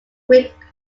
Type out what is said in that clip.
greek